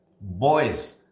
boys